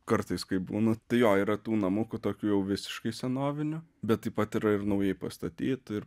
kartais kai būnu tai jo yra tų namukų tokių jau visiškai senovinių bet taip pat yra ir naujai pastatytų ir